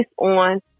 on